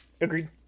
Agreed